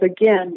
again